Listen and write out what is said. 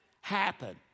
happen